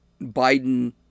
Biden